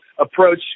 approach